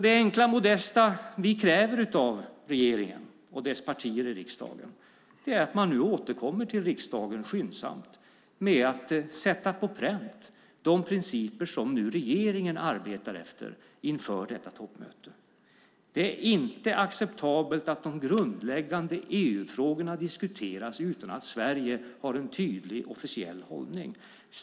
Det enkla modesta vi kräver av regeringen och dess partier i riksdagen är att man nu återkommer till riksdagen skyndsamt med att sätta på pränt de principer som regeringen arbetar efter inför detta toppmöte. Det är inte acceptabelt att de grundläggande EU-frågorna diskuteras utan att Sverige har en tydlig officiell hållning.